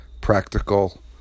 practical